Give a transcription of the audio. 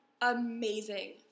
Amazing